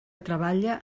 treballa